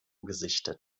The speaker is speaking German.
gesichtet